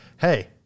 hey